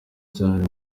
cyane